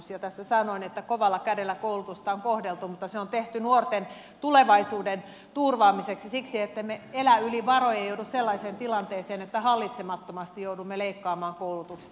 jo tässä sanoin että kovalla kädellä koulutusta on kohdeltu mutta se on tehty nuorten tulevaisuuden turvaamiseksi siksi ettemme elä yli varojen ja joudu sellaiseen tilanteeseen että hallitsemattomasti joudumme leikkaamaan koulutuksesta